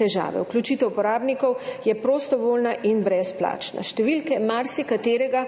Vključitev uporabnikov je prostovoljna in brezplačna. Številke marsikaterega